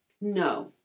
No